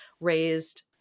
raised